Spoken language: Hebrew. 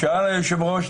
שאל היושב-ראש,